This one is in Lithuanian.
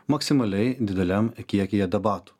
maksimaliai dideliam kiekyje debatų